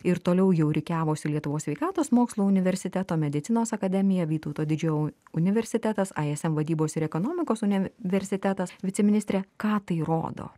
ir toliau jau rikiavosi lietuvos sveikatos mokslų universiteto medicinos akademija vytauto didžiojo universitetas ism vadybos ir ekonomikos universitetas viceministre ką tai rodo